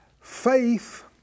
faith